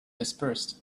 dispersed